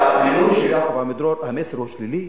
במינוי של יעקב עמידרור, המסר הוא שלילי.